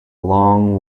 long